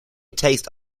tastes